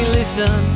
listen